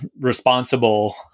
responsible